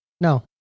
No